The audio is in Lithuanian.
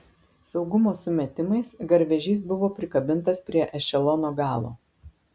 saugumo sumetimais garvežys buvo prikabintas prie ešelono galo